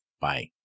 Bye